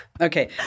Okay